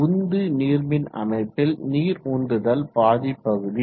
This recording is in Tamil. உந்து நீர்மின் அமைப்பில் நீர் உந்துதல் பாதி பகுதி